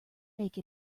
make